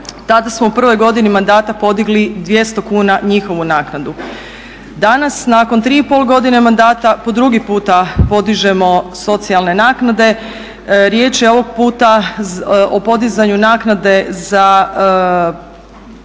Tada smo u prvoj godini mandata podigli 200 kuna njihovu naknadu. Danas nakon 3,5 godine mandata po drugi puta podižemo socijalne naknade. Riječ je ovog puta o podizanju naknade za